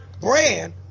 Brand